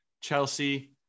Chelsea